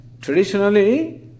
traditionally